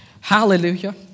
Hallelujah